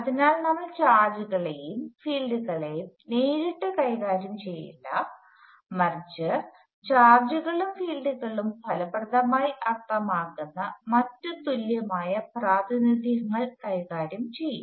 അതിനാൽ നമ്മൾ ചാർജുകളെയും ഫീൽഡുകളെയും നേരിട്ട് കൈകാര്യം ചെയ്യില്ല മറിച്ച് ചാർജുകളും ഫീൽഡുകളും ഫലപ്രദമായി അർത്ഥമാക്കുന്ന മറ്റ് തുല്യമായ പ്രാതിനിധ്യങ്ങൾ കൈകാര്യം ചെയ്യും